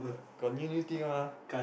got new new thing one ah